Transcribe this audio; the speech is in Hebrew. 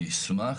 אני אשמח,